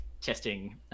testing